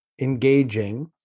engaging